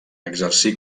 exercí